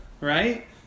Right